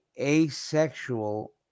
asexual